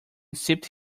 sipped